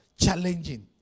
challenging